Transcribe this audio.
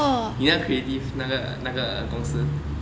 you know creative 那个那个公司